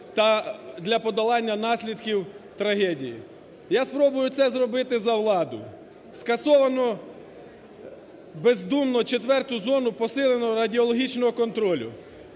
та для подолання наслідків трагедії. Я спробую це зробити за владу. Скасовано бездумно четверту зону посиленого радіологічного контролю.